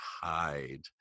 hide